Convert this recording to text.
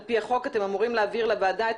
על פי החוק אתם אמורים להעביר לוועדה את